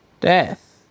Death